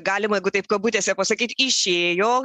galima jeigu taip kabutėse pasakyt išėjo